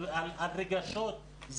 על רגשות,